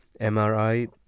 MRI